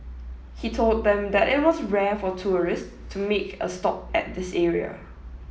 he told them that it was rare for tourists to make a stop at this area